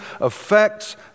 affects